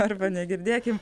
arba negirdėkim